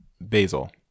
Basil